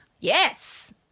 Yes